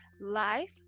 life